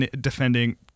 defending